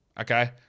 Okay